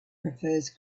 prefers